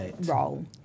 role